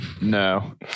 No